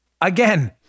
Again